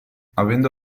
avendo